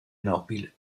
nobile